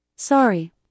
Sorry